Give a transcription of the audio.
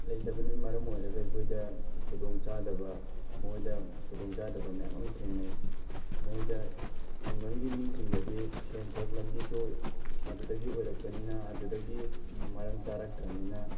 ꯂꯩꯇꯕꯅ ꯃꯔꯝ ꯑꯣꯏꯔꯒ ꯑꯩꯈꯣꯏꯗ ꯈꯨꯗꯣꯡꯆꯥꯗꯕ ꯃꯣꯏꯗ ꯈꯨꯗꯣꯡꯆꯥꯗꯕ ꯃꯌꯥꯝ ꯑꯃ ꯊꯦꯡꯅꯩ ꯃꯣꯏꯗ ꯈꯨꯡꯒꯪꯒꯤ ꯃꯤꯁꯤꯡꯗꯗꯤ ꯁꯦꯟꯊꯣꯛ ꯂꯝꯕꯤꯁꯨ ꯃꯗꯨꯗꯒꯤ ꯑꯣꯏꯔꯛꯄꯅꯤꯅ ꯑꯗꯨꯗꯒꯤ ꯃꯔꯝ ꯆꯥꯔꯛꯇ꯭ꯔꯕꯅꯤꯅ